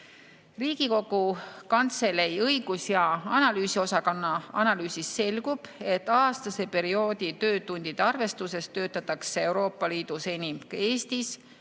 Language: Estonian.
Riigikogu Kantselei õigus- ja analüüsiosakonna analüüsist selgub, et aastase perioodi töötundide arvestuses töötatakse Euroopa Liidus enim Eestis,